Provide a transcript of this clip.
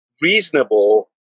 reasonable